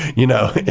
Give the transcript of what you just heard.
you know,